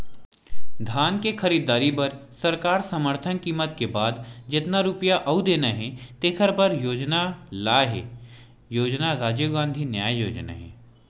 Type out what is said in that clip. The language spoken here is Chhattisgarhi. धान के खरीददारी बर सरकार समरथन कीमत के बाद जतना रूपिया अउ देना हे तेखर बर योजना लाए हे योजना राजीव गांधी न्याय योजना हे